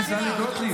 חברת הכנסת טלי גוטליב.